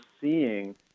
seeing